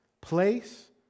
place